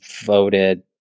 voted